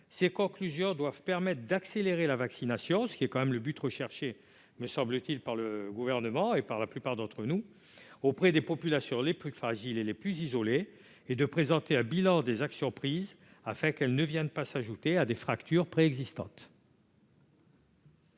Ses conclusions devront permettre d'accélérer la vaccination, ce qui est le but du Gouvernement et de la plupart d'entre nous, auprès des populations les plus fragiles et les plus isolées et de présenter un bilan des actions prises, afin qu'elles ne viennent pas s'ajouter à des fractures préexistantes.